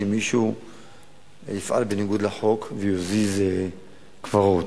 שמישהו יפעל בניגוד לחוק ויזיז קברות.